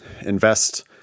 invest